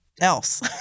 else